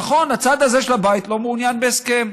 נכון, הצד הזה של הבית לא מעוניין בהסכם.